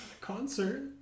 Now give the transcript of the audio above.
concert